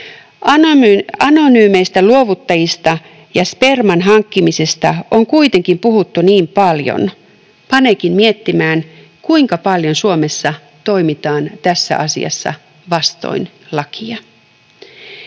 Anonyymeistä luovuttajista ja sperman hankkimisesta on kuitenkin puhuttu niin paljon. Paneekin miettimään, kuinka paljon Suomessa toimitaan tässä asiassa vastoin lakia.